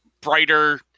brighter